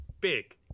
big